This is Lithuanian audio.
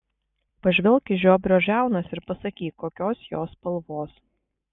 pažvelk į žiobrio žiaunas ir pasakyk kokios jos spalvos